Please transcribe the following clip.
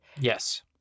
Yes